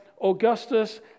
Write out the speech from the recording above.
Augustus